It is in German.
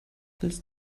willst